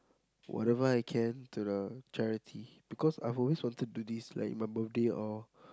whatever I can to the charity because I've always wanted to do this like in my birthday or